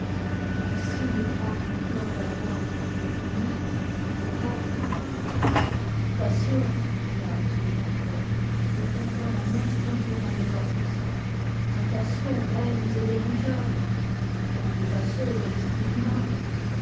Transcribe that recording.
ainsi me parle encore la voix et moi misérable tentations cria m le tourneur étendant la main comme pour un exorcisme tentations vaines et négligeables derniers assauts de l'esprit du mal